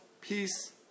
peace